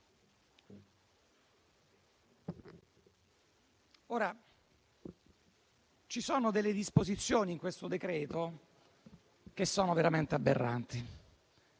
Ci sono disposizioni in questo decreto-legge veramente aberranti.